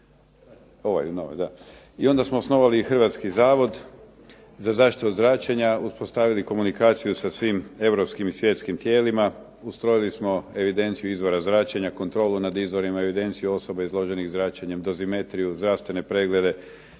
i onda smo osnovali Hrvatski zavod za zaštitu od zračenja, uspostavili komunikaciju sa svim europskim i svjetskim tijelima, ustrojili smo evidenciju izvora zračenja, kontrolu nad izvorima evidencija osoba izloženih zračenjem, dozimetriju, zdravstvene preglede